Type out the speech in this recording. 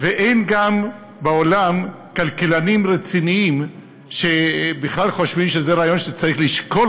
ואין גם בעולם כלכלנים רציניים שבכלל חושבים שזה רעיון שצריך לשקול.